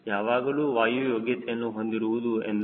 ಯಾವಾಗಲೂ ವಾಯು ಯೋಗ್ಯತೆಯನ್ನು ಹೊಂದಿರುವುದು ಎಂದರೇನು